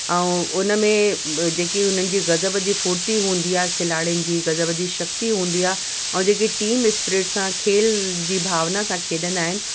ऐं उन में जेकी हुननि जी गज़ब जी फ़ुर्ती हूंदी आ्हे खिलाड़ियुनि जी गज़ब जी शक्ती हूंदी आहे ऐं जेकी टीम स्प्रिट सां खेल जी भावना जा खेॾंदा आहिनि